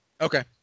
Okay